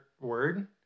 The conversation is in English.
word